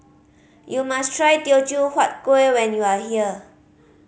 you must try Teochew Huat Kueh when you are here